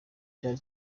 cyari